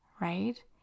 right